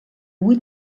avui